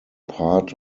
part